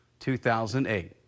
2008